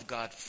God